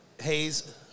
Hayes